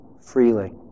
freely